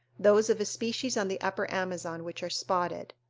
those of a species on the upper amazon, which are spotted.